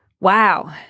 Wow